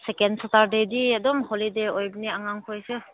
ꯁꯦꯀꯦꯟ ꯁꯇꯔꯗꯦꯗꯤ ꯑꯗꯨꯝ ꯍꯣꯂꯤꯗꯦ ꯑꯣꯏꯕꯅꯤ ꯑꯉꯥꯡꯈꯣꯏꯁꯨ